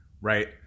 right